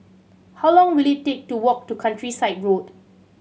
how long will it take to walk to Countryside Road